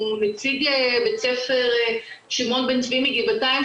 הוא נציג בית ספר שמעון בן צבי מגבעתיים,